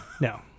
no